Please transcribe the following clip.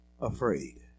afraid